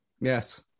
Yes